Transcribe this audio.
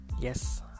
Yes